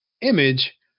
image